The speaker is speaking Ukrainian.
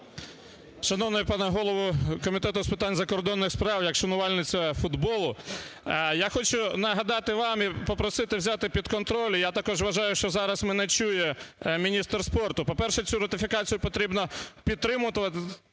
Шановний пане голово Комітету з питань закордонних справ, як шанувальниця футболу я хочу нагадати вам і попросити взяти під контроль, я також вважаю, що зараз мене чує міністр спорту. По-перше, цю ратифікацію потрібно підтримувати,